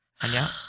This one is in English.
Hanya